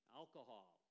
alcohol